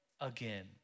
again